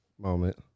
moment